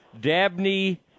Dabney